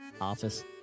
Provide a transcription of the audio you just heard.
office